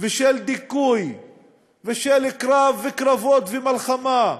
ושל דיכוי ושל קרבות ומלחמה.